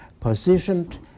positioned